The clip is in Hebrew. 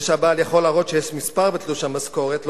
זה שהבעל יכול להראות שיש מספר בתלוש המשכורת לא